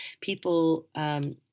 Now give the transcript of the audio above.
people